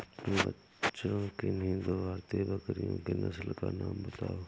बच्चों किन्ही दो भारतीय बकरियों की नस्ल का नाम बताओ?